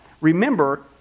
remember